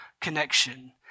connection